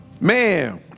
Man